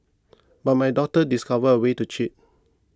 but my daughter discovered a way to cheat